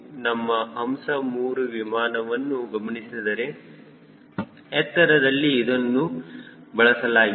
ನೀವು ನಮ್ಮ ಹಂಸ 3 ವಿಮಾನವನ್ನು ಗಮನಿಸಿದರೆ ಎತ್ತರದಲ್ಲಿ ಇದನ್ನು ಬಳಸಲಾಗಿದೆ